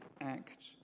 act